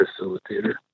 facilitator